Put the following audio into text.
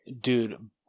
Dude